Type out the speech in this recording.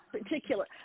particular